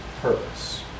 purpose